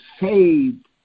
saved